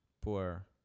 poor